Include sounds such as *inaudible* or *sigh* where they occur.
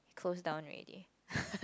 closed down already *laughs*